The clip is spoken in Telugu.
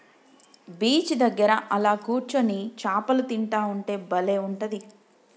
బీచ్ దగ్గర అలా కూర్చొని చాపలు తింటా ఉంటే బలే ఉంటది